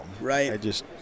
Right